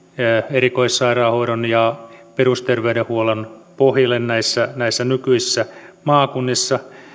erikoissairaanhoidon ja perusterveydenhuollon pohjalle näissä näissä nykyisissä maakunnissa